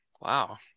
wow